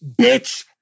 bitch